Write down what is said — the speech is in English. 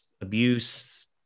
abuse